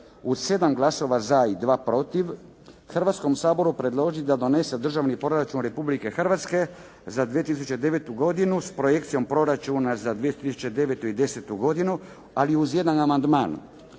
u 7 glasova za i 2 protiv Hrvatskom saboru predložiti da donese Državni proračun Republike Hrvatske za 2009. godinu s projekcijom proračuna za 2009. i 2010. godinu, ali uz jedan amandman.